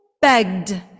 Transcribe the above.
begged